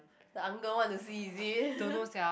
the uncle want to see is it